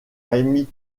remi